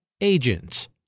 Agents